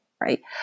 right